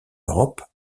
europe